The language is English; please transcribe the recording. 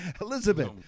Elizabeth